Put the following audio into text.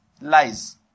lies